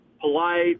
polite